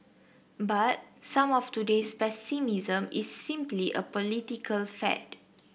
but some of today's pessimism is simply a political fad